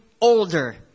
older